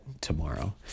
tomorrow